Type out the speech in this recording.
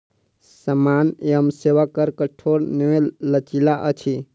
सामान एवं सेवा कर कठोर नै लचीला अछि